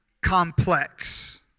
complex